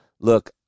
Look